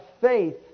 faith